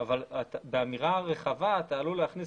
אבל באמירה הרחבה אתה עלול להכניס